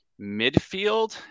midfield